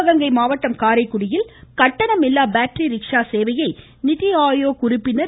சிவகங்கை மாவட்டம் காரைக்குடியில் கட்டணமில்லா பேட்டரி ரிக்ஷா சேவையை நித்தி ஆயோக் உறுப்பினர் ஏ